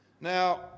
now